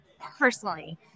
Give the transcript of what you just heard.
personally